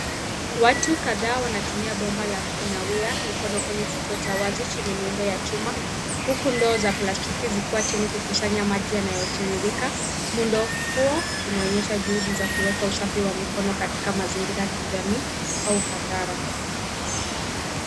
Watu kadhaa wanatumia bomba la kunawia mikono kwenye kituo cha wazi chenye muundo wa chuma, huku ndoo za plastiki zikiwa chini kukusanya maji yanayotiririka. Muundo huo unaonyesha juhudi za kuweka usafi wa mikono katika mazingira ya kijamiii au hadhara.